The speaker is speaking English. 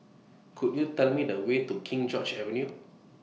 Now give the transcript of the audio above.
Could YOU Tell Me The Way to King George's Avenue